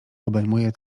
obejmuję